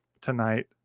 tonight